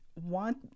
want